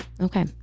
okay